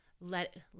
let